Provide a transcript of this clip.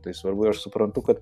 tai svarbu aš suprantu kad